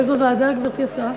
באיזו ועדה, גברתי השרה?